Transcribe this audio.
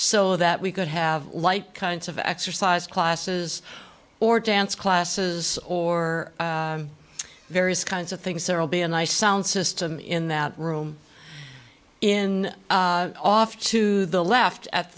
so that we could have light kinds of exercise classes or dance classes or various kinds of things there'll be a nice sound system in that room in off to the left at